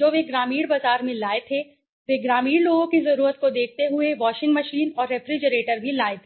जो वे ग्रामीण बाजार में लाए थे वे ग्रामीण लोगों की जरूरत को देखते हुए वॉशिंग मशीन और रेफ्रिजरेटर भी लाए थे